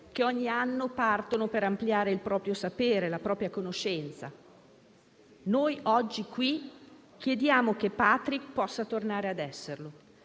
che ogni anno partono per ampliare il proprio sapere e la propria conoscenza. Noi oggi qui chiediamo che Patrick possa tornare ad esserlo.